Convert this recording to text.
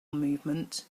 movement